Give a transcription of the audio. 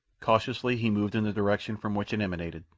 cautiously he moved in the direction from which it emanated,